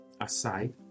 aside